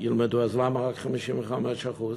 אז למה רק 55%?